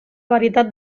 varietat